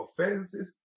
offenses